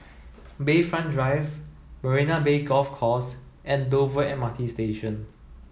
Bayfront Drive Marina Bay Golf Course and Dover M R T Station